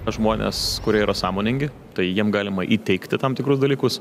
žmonės kurie yra sąmoningi tai jiem galima įteigti tam tikrus dalykus